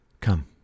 Come